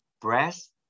breast